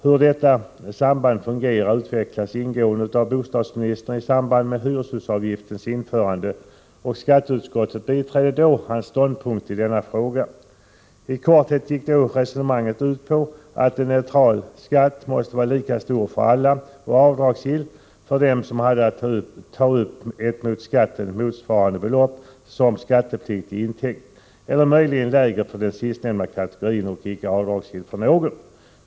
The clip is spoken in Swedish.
Hur detta samband fungerar utvecklades ingående av bostadsministern i samband med hyreshusavgiftens införande, och skatteutskottet biträdde då hans ståndpunkt i denna fråga. I korthet gick resonemanget då ut på att en neutral skatt måste vara lika stor för alla och avdragsgill för dem som hade att ta upp ett mot skatten motsvarande belopp som skattepliktig intäkt eller möjligen lägre för den sistnämnda kategorin och icke avdragsgill för någon.